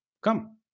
come